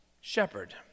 shepherd